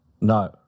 No